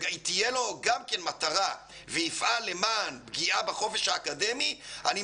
שתהיה גם לו מטרה לפגוע בחופש האקדמי והוא יפעל למענה,